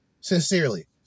Sincerely